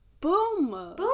boom